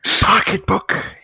pocketbook